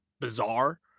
bizarre